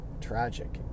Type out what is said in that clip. tragic